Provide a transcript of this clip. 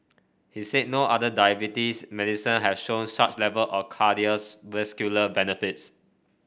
he said no other diabetes medicine had shown such level of cardiovascular benefits